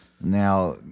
Now